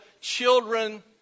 children